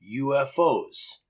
UFOs